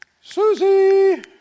Susie